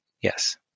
Yes